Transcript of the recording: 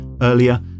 earlier